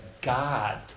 God